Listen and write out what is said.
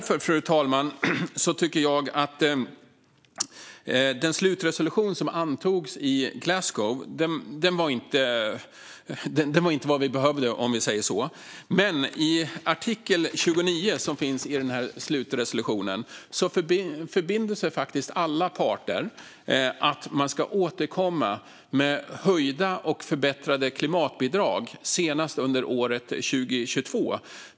Fru talman! Den slutresolution som antogs i Glasgow var inte vad vi behövde, om man säger så. Men i artikel 29 i slutresolutionen förbinder sig faktiskt alla parter att återkomma med höjda och förbättrade klimatbidrag senast under 2022.